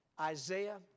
Isaiah